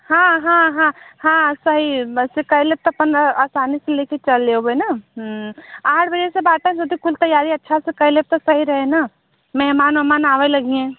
हाँ हाँ हाँ हाँ सही है बस कल तक अपन आसानी से लेकर चल लोबे न हम्म आठ बजे से बाटे तब तक फुल तैयारी अच्छा से कर लेओ तो सही रहे ना मेहमान वेहमान आवे लगिहें